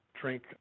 drink